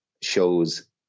shows